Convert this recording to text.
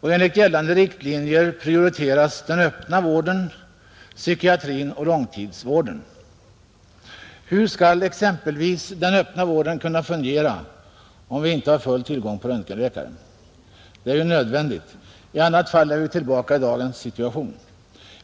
och enligt gällande riktlinjer prioriteras den öppna vården — psykiatrin och långtidsvården. Hur skall exempelvis den öppna vården kunna fungera, om vi inte har full tillgång på röntgenläkare? Det är ju nödvändigt. I annat fall är vi snart tillbaka i dagens situation.